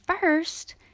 first